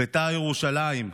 בית"ר ירושלים,